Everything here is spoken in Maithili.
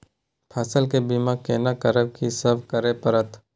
फसल के बीमा केना करब, की सब करय परत?